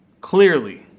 Clearly